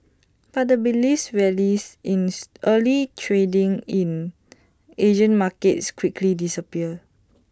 but the rallies rallies early trading in Asian markets quickly disappeared